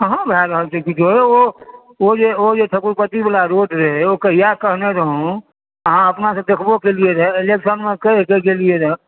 कहाँ भए रहल छै किछु ओ जे ठाकुर पट्टीबला रोड रहै ओ कहिआ कहने रहौ अहाँ अपनासंँ देखबो केलियै रऽ इलेक्शनमे कहिकऽ गेलियै रऽ